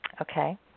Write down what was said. Okay